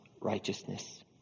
righteousness